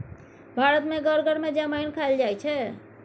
भारत मे घर घर मे जमैन खाएल जाइ छै